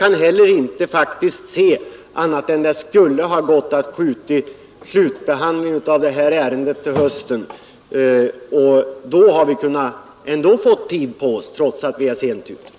Jag kan inte finna annat än att slutbehandlingen av ärendet hade kunnat uppskjutas till hösten, och då hade vi kunnat få tillräckligt med tid på oss, även om regeringen är sent ute.